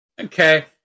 Okay